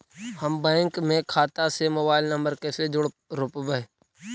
हम बैंक में खाता से मोबाईल नंबर कैसे जोड़ रोपबै?